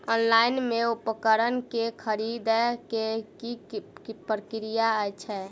Online मे उपकरण केँ खरीदय केँ की प्रक्रिया छै?